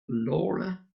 laura